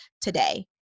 today